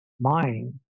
mind